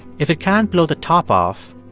if it can't blow the top off,